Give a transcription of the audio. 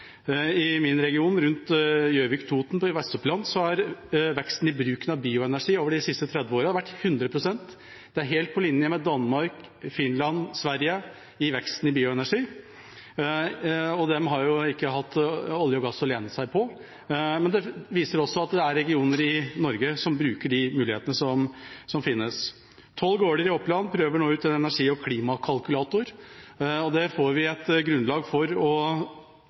I min region, rundt Gjøvik og på Toten i Vestoppland, har veksten i bruken av bioenergi de siste tretti årene vært 100 pst. Det er helt på linje med veksten i bioenergi i Danmark, Finland og Sverige, og de har ikke hatt olje og gass å lene seg på. Det viser at det er regioner i Norge som bruker de mulighetene som finnes. Tolv gårder i Oppland prøver nå ut en energi- og klimakalkulator. Da får vi et grunnlag for å